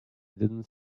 didn’t